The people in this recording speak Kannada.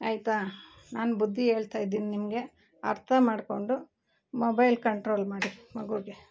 ಆಯ್ತಾ ನಾನು ಬುದ್ದಿ ಹೇಳ್ತಾ ಇದ್ದೀನಿ ನಿಮಗೆ ಅರ್ಥ ಮಾಡಿಕೊಂಡು ಮೊಬೈಲ್ ಕಂಟ್ರೋಲ್ ಮಾಡಿ ಮಗುಗೆ